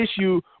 issue